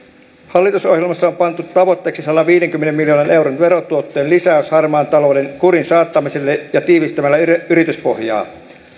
hallitusohjelmassa on pantu tavoitteeksi sadanviidenkymmenen miljoonan euron verotuottojen lisäys harmaan talouden kuriin saattamisella ja yrityspohjan tiivistämisellä